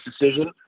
decision